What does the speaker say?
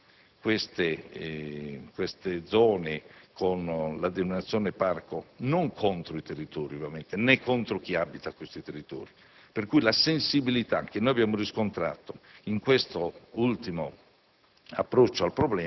istituire queste zone con la denominazione «parco» non contro i territori, ovviamente, né contro chi abita questi territori. La sensibilità che abbiamo riscontrato in questo ultimo